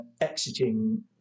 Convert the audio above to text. exiting